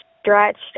stretched